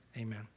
amen